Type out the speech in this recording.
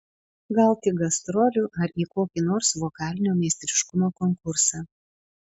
gal tik gastrolių ar į kokį nors vokalinio meistriškumo konkursą